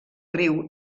riu